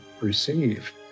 receive